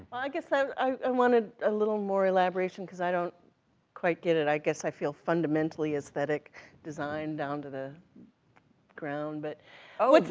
i guess i i wanted a little more elaboration, cause i don't quite get it, i guess i feel fundamentally aesthetic design, down to the ground, but oh, that,